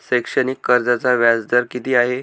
शैक्षणिक कर्जाचा व्याजदर किती आहे?